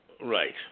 Right